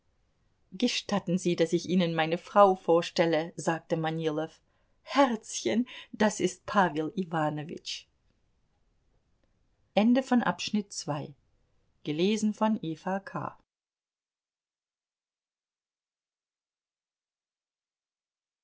gestatten sie daß ich ihnen meine frau vorstelle sagte manilow herzchen das ist pawel iwanowitsch